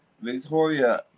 Victoria